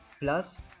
plus